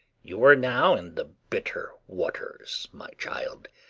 you are now in the bitter waters, my child.